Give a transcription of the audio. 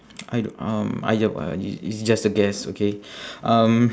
I don't um I j~ uh i~ it's just a guess okay um